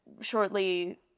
shortly